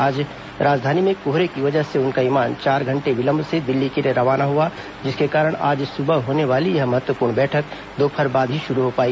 आज राजधानी में कोहरे की वजह से उनका विमान चार घंटे विलंब से दिल्ली के लिए रवाना हुआ जिसके कारण आज सुबह होने वाली यह महत्वपूर्ण बैठक दोपहर बाद ही शुरू हो पाई